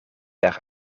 per